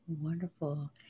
Wonderful